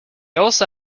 also